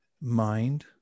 mind